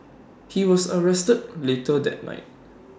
he was arrested later that night